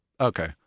Okay